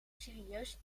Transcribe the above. serieus